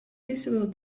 visible